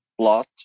plot